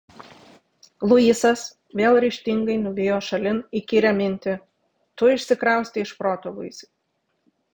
luisas vėl ryžtingai nuvijo šalin įkyrią mintį tu išsikraustei iš proto luisai